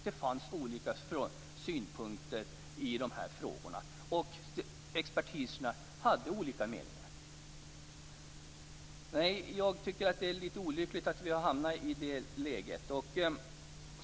Det fanns olika synpunkter i dessa frågor, och expertisen hade olika meningar. Jag tycker att det är litet olyckligt att vi hamnat i det här läget.